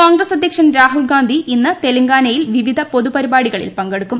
കോൺഗ്രസ് അധ്യക്ഷൻ രാഹുൽഗാന്ധി ഇന്ന് തെലങ്കാനയിൽ വിവിധ പൊതുപരിപാടികളിൽ പങ്കെടുക്കും